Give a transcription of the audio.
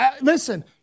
listen